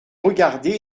regardé